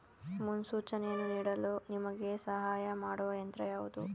ಮುನ್ಸೂಚನೆಯನ್ನು ನೀಡಲು ನಿಮಗೆ ಸಹಾಯ ಮಾಡುವ ಯಂತ್ರ ಯಾವುದು?